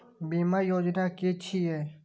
बीमा योजना कि छिऐ?